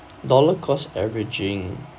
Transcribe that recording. dollar cost averaging